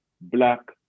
Black